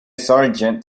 sergeant